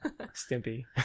Stimpy